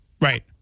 right